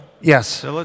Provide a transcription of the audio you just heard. Yes